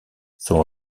son